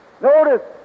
Notice